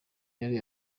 yari